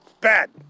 Bad